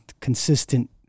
consistent